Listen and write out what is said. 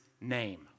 name